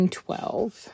twelve